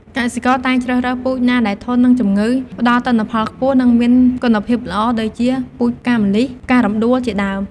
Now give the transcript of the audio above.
កសិករតែងជ្រើសរើសពូជណាដែលធន់នឹងជំងឺ ផ្ដល់ទិន្នផលខ្ពស់ និងមានគុណភាពល្អ ដូចជាពូជផ្កាម្លិះ ផ្ការំដួល ជាដើម។